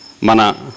mana